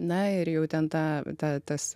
na ir jau ten ta ta tas